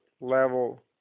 level